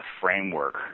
framework